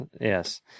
yes